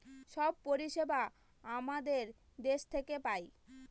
সব পরিষেবা আমাদের দেশ থেকে পায়